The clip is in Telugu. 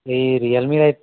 ఈ రియల్ మీ